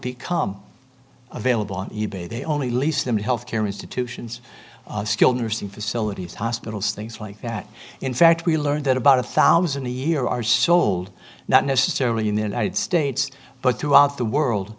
become available on e bay they only lease them to health care institutions still nursing facilities hospitals things like that in fact we learned that about a one thousand a year are sold not necessarily in the united states but throughout the world